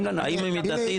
כן, מה אומרת היועצת המשפטית.